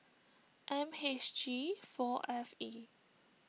M H G four F E